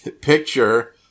picture